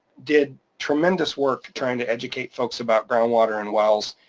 did tremendous work trying to educate folks about groundwater and wells.